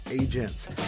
agents